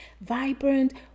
vibrant